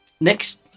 next